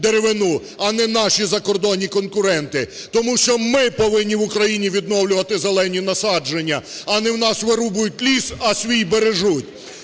а не наші закордонні конкуренти. Тому що ми повинні в Україні відновлювати зелені насадження, а не в нас вирубують ліс, а свій бережуть.